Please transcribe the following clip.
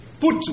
put